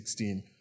2016